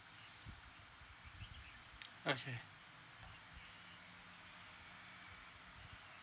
okay